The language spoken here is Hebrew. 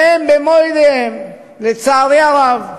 והם, במו-ידיהם, לצערי הרב,